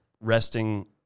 resting